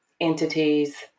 entities